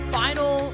final